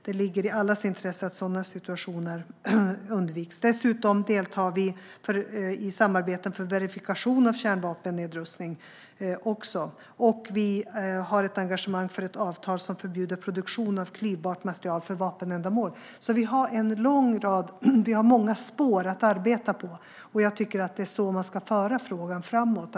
Det ligger i allas intresse att sådana situationer undviks. Dessutom deltar Sverige i samarbeten för verifikation av kärnvapennedrustning, och vi har ett engagemang för ett avtal som förbjuder produktion av klyvbart material för vapenändamål. Vi har många spår att arbeta på. Jag tycker att det är på det sättet frågan ska föras framåt.